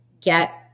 get